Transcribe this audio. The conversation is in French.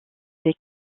des